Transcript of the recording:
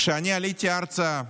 כשאני עליתי ארצה,